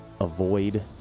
avoid